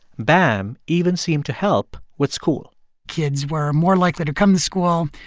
bam even seemed to help with school kids were more likely to come to school.